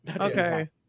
Okay